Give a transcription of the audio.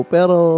Pero